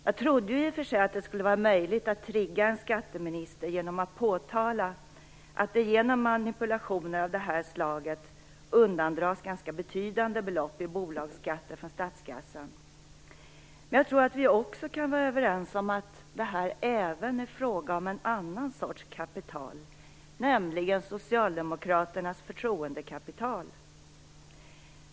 Jag trodde i och för sig att det skulle vara möjligt att trigga en skatteminister genom att påtala att det genom manipulationer av det här slaget undandras ganska betydande belopp i bolagsskatt från statskassan. Men jag tror att vi kan vara överens om att det här även är en fråga om en annan sorts kapital, nämligen Socialdemokraternas förtroendekapital.